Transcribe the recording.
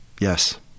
Yes